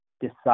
decide